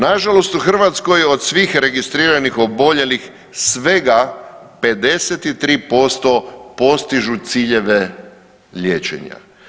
Nažalost u Hrvatskoj od svih registriranih oboljelih svega 53% postižu ciljeve liječenja.